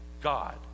God